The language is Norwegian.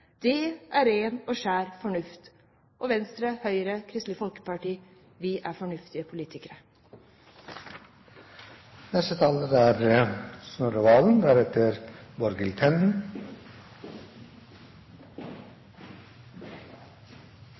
Det er ren og skjær fornuft.» Vi i Venstre, Høyre og Kristelig Folkeparti er fornuftige politikere. Jeg kan skrive under på at representanten Hjemdal er